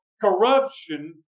corruption